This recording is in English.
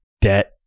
debt